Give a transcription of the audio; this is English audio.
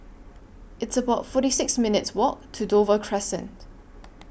It's about forty six minutes' Walk to Dover Crescent